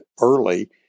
early